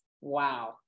Wow